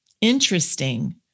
interesting